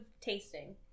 tasting